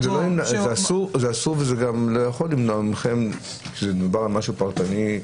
זה אסור ולא יכול למנוע מכם כשמדובר במשהו פרטני,